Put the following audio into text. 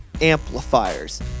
Amplifiers